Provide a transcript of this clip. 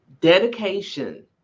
dedication